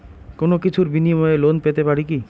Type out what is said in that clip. কোনো কিছুর বিনিময়ে লোন পেতে পারি কি?